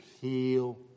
heal